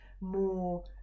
more